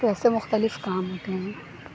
تو ایسے مختلف کام ہوتے ہیں